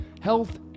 Health